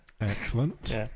Excellent